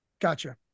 Gotcha